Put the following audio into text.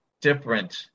different